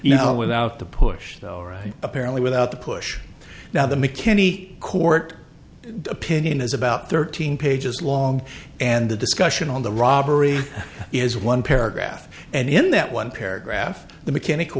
you know without the push apparently without the push now the mckinney court opinion is about thirteen pages long and the discussion on the robbery is one paragraph and in that one paragraph the mechanic